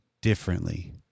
differently